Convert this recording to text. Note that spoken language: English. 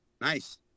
Nice